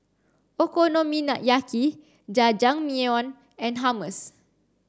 Okonomiyaki Jajangmyeon and Hummus